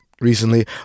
recently